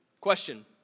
Question